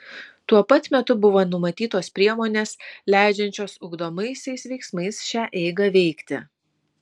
tuo pat metu buvo numatytos priemonės leidžiančios ugdomaisiais veiksmais šią eigą veikti